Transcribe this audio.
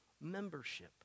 membership